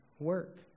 work